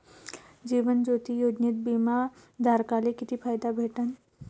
जीवन ज्योती योजनेत बिमा धारकाले किती फायदा भेटन?